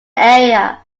area